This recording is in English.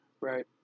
Right